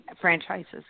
franchises